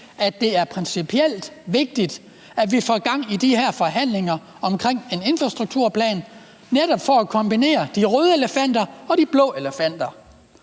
at det er principielt vigtigt, at vi får gang i de her forhandlinger om en infrastrukturplan. Det er netop ved at kombinere det fra de røde elefanter og det fra de blå elefanter,